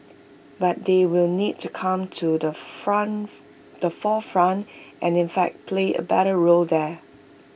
but they will need to come to the front the forefront and in fact play A better role there